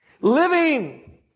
living